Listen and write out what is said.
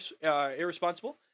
irresponsible